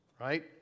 Right